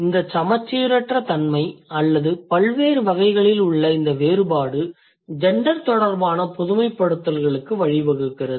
இந்த சமச்சீரற்ற தன்மை அல்லது பல்வேறு வகைகளில் உள்ள இந்த வேறுபாடு ஜெண்டர் தொடர்பான பொதுமைப்படுத்தலுக்கு வழிவகுக்கிறது